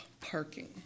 parking